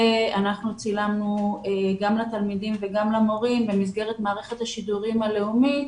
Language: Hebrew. אנחנו צילמנו גם לתלמידים וגם למורים במסגרת מערכת השידורים הלאומית